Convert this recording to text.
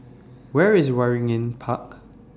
Where IS Waringin Park